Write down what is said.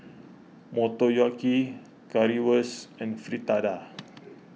Motoyaki Currywurst and Fritada